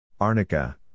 Arnica